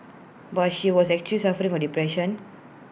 but she was actually suffering from depression